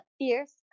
fierce